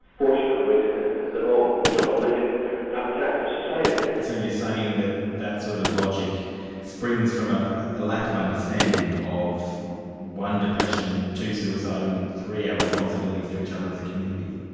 fortunately at the moment, we don't live in that type of society. so you're saying that that sort of logic springs from ah a lack of understanding of one depression two suicide and three our responsibilities to each other as a community?